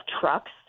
trucks